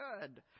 good